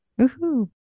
Woohoo